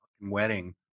wedding